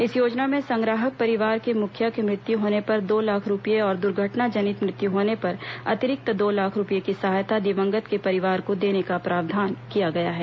इस योजना में संग्राहक परिवार के मुखिया की मृत्यु होने पर दो लाख रूपए और दुर्घटना जनित मृत्यु होने पर अतिरिक्त दो लाख रूपए की सहायता दिवंगत के परिवार को देने का प्रावधान किया गया है